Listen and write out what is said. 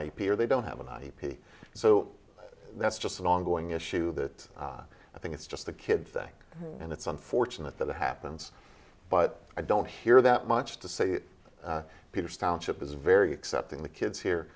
or they don't have an ip so that's just an ongoing issue that i think it's just the kid thing and it's unfortunate that it happens but i don't hear that much to say peters township is very accepting the kids here